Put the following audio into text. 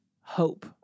hope